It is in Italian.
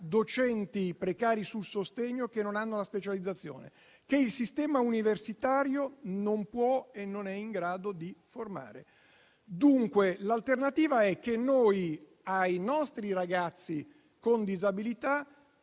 docenti precari sul sostegno che non hanno la specializzazione e che il sistema universitario non può e non è in grado di formare. Dunque, l'alternativa è che ai nostri ragazzi con disabilità